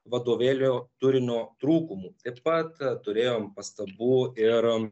vadovėlio turinio trūkumų taip pat turėjom pastabų ir